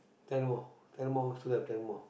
ten more ten more still have ten more